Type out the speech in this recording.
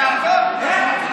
--- איך?